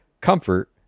comfort